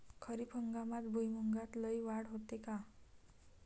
खरीप हंगामात भुईमूगात लई वाढ होते का?